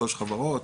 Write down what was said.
שלוש חברות,